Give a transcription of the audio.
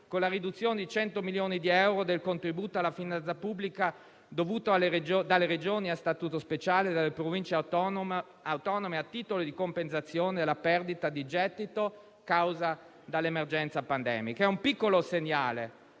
con la riduzione di 100 milioni di euro del contributo alla finanza pubblica dovuto dalle Regioni a statuto speciale e dalle Province autonome, a titolo di compensazione per la perdita di gettito a causa dell'emergenza pandemica. È un piccolo segnale